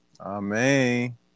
Amen